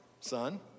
son